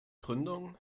gründung